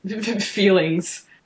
feelings